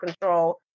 control